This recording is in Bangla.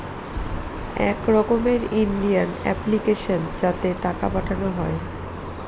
এক রকমের ইন্ডিয়ান অ্যাপ্লিকেশন যাতে টাকা পাঠানো হয়